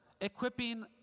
equipping